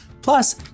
Plus